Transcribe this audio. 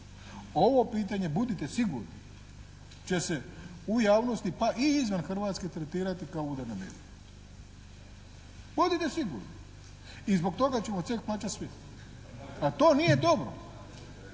Ovo pitanje budite sigurni će se u javnosti pa i izvan Hrvatske tretirati kao udar na medije. Budite sigurni. I zbog toga ćemo ceh plaćati svi, a to nije dobro.